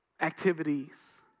activities